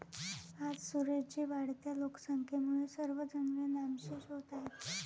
आज सुरेश जी, वाढत्या लोकसंख्येमुळे सर्व जंगले नामशेष होत आहेत